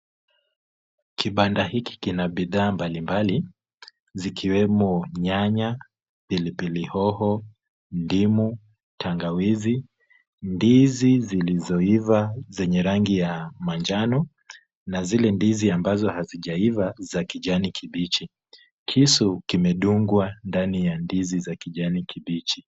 Kibanda hiki kina bidhaa mbalimbali, zikiwemo nyanya, pilipili hoho, ndimu, tangawizi, ndizi zilizoiva zenye rangi ya manjano na zile ndizi ambazo hazijaiva za kijani kibichi. Kisu kimedungwa ndani ya ndizi za kijani kibichi.